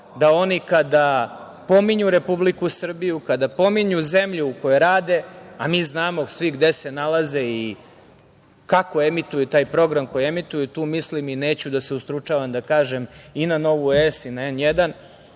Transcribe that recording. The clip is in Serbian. da oni kada pominju Republiku Srbiju, kada pominju u kojoj rade, a mi znam svi gde se nalaze i kako emituju taj program koji emituju, tu mislim i neću da se ustručavam da kažem i na Novu S i na N1,